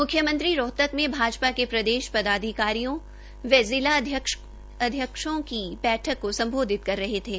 मुख्यमंत्री रोहतक में भाजपा के प्रदेश पदाधिकारियों व जिलाध्यक्षों की बैठक को संबोधित कर रहे थे